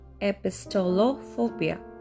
epistolophobia